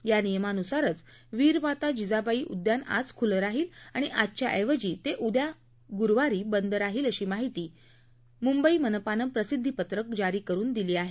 या नियमानुसारच वीर जीजामाता उद्यान आज खुलं राहील आणि आजच्या ऐवजी ते उद्या गुरुवारी बंद राहील अशी माहिती मुंबई मनपानं प्रसिद्धीपत्रक जारी करून दिली आहे